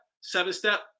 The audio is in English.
seven-step